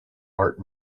art